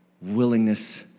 willingness